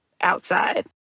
outside